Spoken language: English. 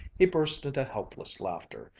he burst into helpless laughter,